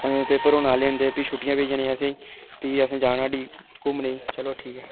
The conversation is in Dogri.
पेपर होन आह्ले न ते भी छुट्टियां पेई जानियां आं असें ई भी असें जाना ओड़ी घुम्मने ई चलो ठीक ऐ